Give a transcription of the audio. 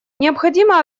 необходимо